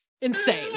Insane